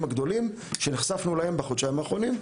הגדולים שנחשפנו אליהם בחודשיים האחרונים.